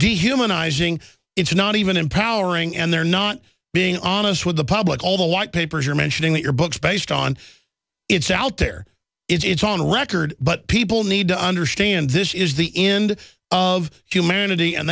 dehumanizing into not even empowering and they're not being honest with the public all the white papers you're mentioning that your books based on it's out there it's on record but people need to understand this is the end of humanity and